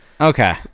Okay